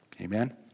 Amen